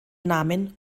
namen